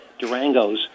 Durangos